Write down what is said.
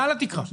מעל הקרה.